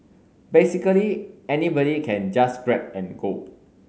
basically anybody can just grab and go